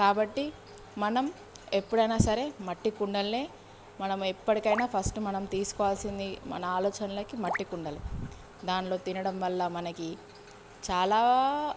కాబట్టి మనం ఎప్పుడైనా సరే మట్టి కుండలనే మనం ఎప్పటికి అయినా ఫస్ట్ మనం తీసుకోవాల్సింది మన ఆలోచనలకి మట్టి కుండలే దానిలో తినడం వల్ల మనకి చాలా